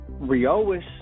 Riois